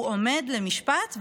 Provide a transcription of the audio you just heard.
הוא עומד למשפט,